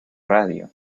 radio